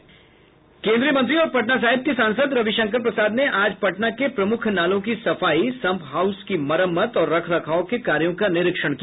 केन्दीय मंत्री और पटना साहिब के सांसद रविशंकर प्रसाद ने आज पटना के प्रमुख नालों की सफाई संप हाउस की मरम्मत और रख रखाव के कार्यों का निरीक्षण किया